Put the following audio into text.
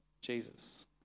Jesus